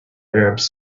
arabs